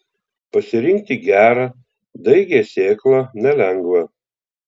pasirinkti gerą daigią sėklą nelengva